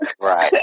Right